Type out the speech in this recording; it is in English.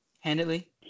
handedly